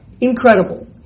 incredible